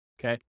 okay